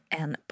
en